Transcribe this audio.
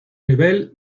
nivel